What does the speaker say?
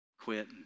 quit